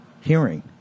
hearing